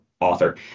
author